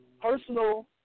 personal